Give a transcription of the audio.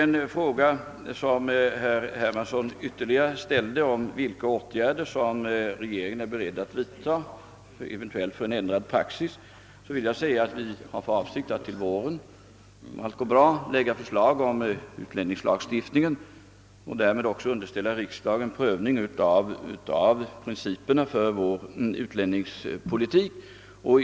nyligen ställde om vilka åtgärder rege ringen är beredd att vidta för en even-. tuell ändring av praxis vill jag svara, att om allt går bra kommer regeringen att till våren framlägga förslag rörande utlänningslagstiftningen och därmed också underställa riksdagen frågan om principerna för vår utlänningspolitik.